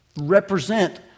represent